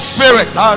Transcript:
Spirit